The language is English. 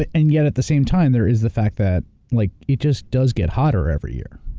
and yet, at the same time, there is the fact that like it just does get hotter every year.